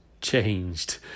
changed